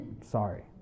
Sorry